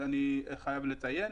אני חייב לציין,